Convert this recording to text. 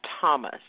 Thomas